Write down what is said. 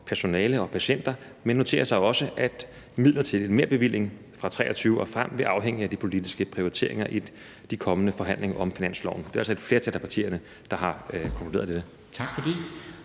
personale og patienter. Men man noterer sig jo også, at en midlertidig merbevilling fra 2023 og frem vil afhænge af de politiske prioriteringer i de kommende forhandlinger om finansloven. Der er altså et flertal af partierne, der har konkluderet det.